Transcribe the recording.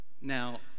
Now